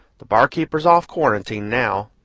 the barkeeper's off quarantine now.